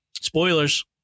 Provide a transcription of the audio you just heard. Spoilers